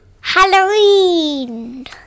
Halloween